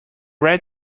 red